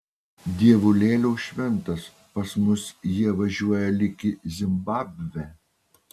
dievulėliau šventas pas mus jie važiuoja lyg į zimbabvę